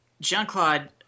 Jean-Claude